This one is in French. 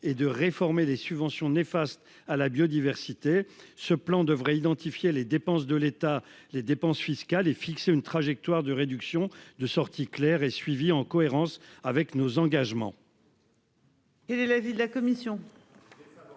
et de réformer les subventions néfastes à la biodiversité, ce plan devrait identifier les dépenses de l'État les dépenses fiscales et fixé une trajectoire de réduction de sortie Claire et suivi en cohérence avec nos engagements.